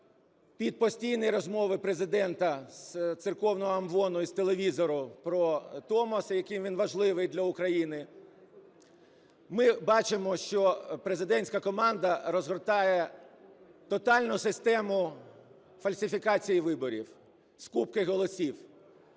під постійні розмови Президента з церковного амвону із телевізору про Томос, який він важливий для України, ми бачимо, що президентська команда розгортає тотальну систему фальсифікації виборів, скупки голосів.